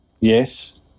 Yes